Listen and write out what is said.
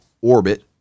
orbit